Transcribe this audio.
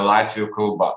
latvių kalba